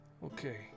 Okay